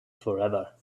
forever